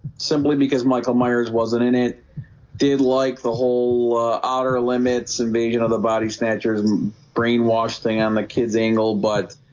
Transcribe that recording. simply because michael myers wasn't in it did like the whole outer limits invasion of the body snatchers brainwashed thing on the kids angle, but